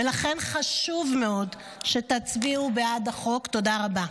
ולכן חשוב מאוד שתצביעו בעד החוק, תודה רבה.